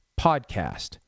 podcast